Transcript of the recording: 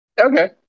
Okay